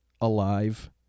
alive